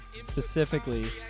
specifically